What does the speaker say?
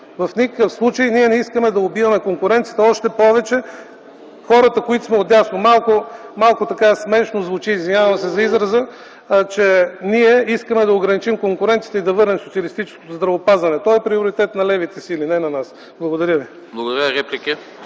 В никакъв случай ние не искаме да убиваме конкуренцията, още повече хората, които сме отдясно. Малко така смешно звучи, извинявам се за израза, че ние искаме да ограничим конкуренцията и да върнем социалистическото здравеопазване. То е приоритет на левите сили, не на нас. Благодаря ви.